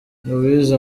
louise